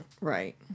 Right